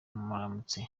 muramutse